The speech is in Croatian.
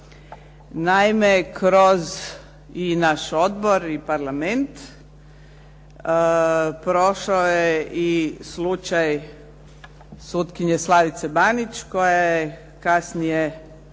Naime, kroz i naš odbor i Parlament prošao je i slučaj sutkinje Slavice Banić koja je kasnije,